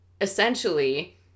essentially